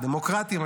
דמוקרטים,